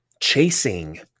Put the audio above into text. chasing